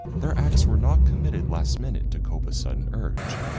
their acts were not committed last minute to cope a sudden urge,